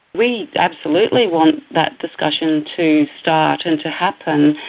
we absolutely want that discussion to start and to happen,